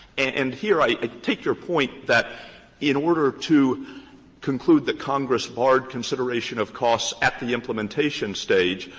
and here i take your point that in order to conclude that congress barred consideration of costs at the implementation stage,